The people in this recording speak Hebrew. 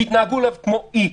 תתנהגו אליו כמו אי.